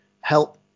help